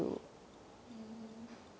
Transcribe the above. mmhmm